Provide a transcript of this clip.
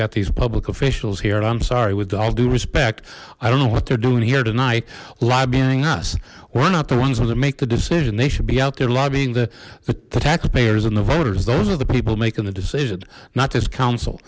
got these public officials here i'm sorry with all due respect i don't know what they're doing here tonight lobbying us we're not the ones going to make the decision they should be out there lobbying the taxpayers and the voters those are the people making the decision not this coun